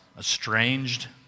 estranged